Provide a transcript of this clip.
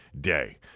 day